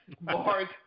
Mark